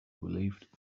relieved